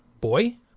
boy